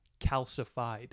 calcified